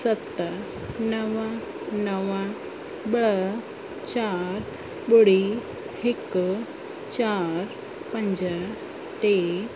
सत नव नव ॿ चार ॿुड़ी हिकु चार पंज टे